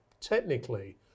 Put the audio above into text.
technically